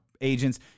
agents